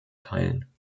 teilen